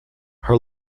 her